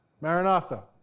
Maranatha